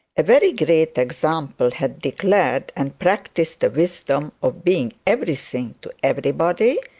a very great example had declared and practised the wisdom of being everything to everybody,